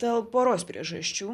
dėl poros priežasčių